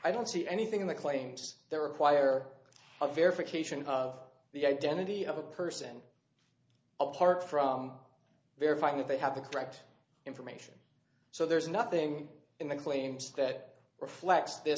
i don't see anything in the claims there require a verification of the identity of a person apart from verifying that they have the correct information so there's nothing in the claims that reflects th